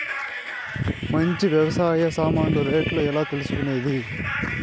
మంచి వ్యవసాయ సామాన్లు రేట్లు ఎట్లా తెలుసుకునేది?